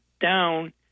down